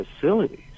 facilities